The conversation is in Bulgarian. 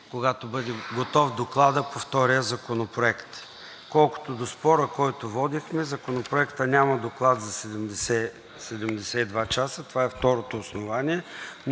когато бъде готов докладът по втория законопроект. Колкото до спора, който водихме – Законопроектът няма доклад за 72 часа – това е второто основание,